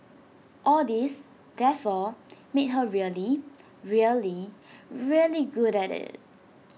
all this therefore made her really really really good at IT